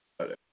Okay